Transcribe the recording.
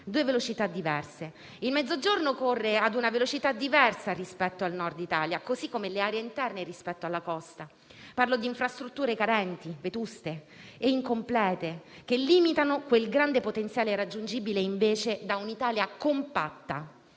due velocità diverse. Il Mezzogiorno corre a una velocità diversa rispetto al Nord Italia, così come le aree interne rispetto alla costa. Parlo di infrastrutture carenti, vetuste e incomplete, che limitano quel grande potenziale raggiungibile invece da un'Italia compatta.